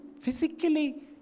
physically